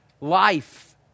life